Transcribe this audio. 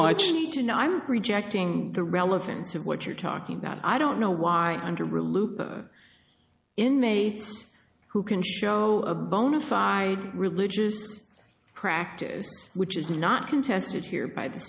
much you need to know i'm rejecting the relevance of what you're talking about i don't know why under inmates who can show a bona fide religious practice which is not contested here by the